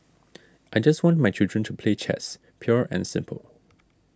I just want my children to play chess pure and simple